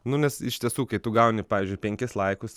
nu nes iš tiesų kai tu gauni pavyzdžiui penkis laikus